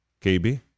KB